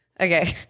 Okay